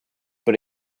but